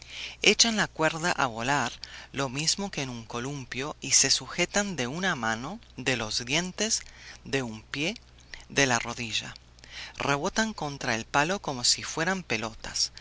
echan la cuerda a volar lo mismo que un columpio y se sujetan de una mano de los dientes de un pie de la rodilla rebotan contra el palo como si fueran pelotas